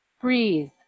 Breathe